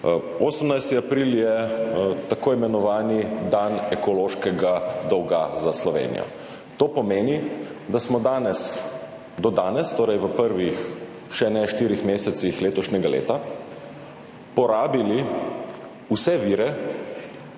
18. april je tako imenovani dan ekološkega dolga za Slovenijo. To pomeni, da smo do danes, torej v prvih še ne štirih mesecih letošnjega leta, porabili vse vire,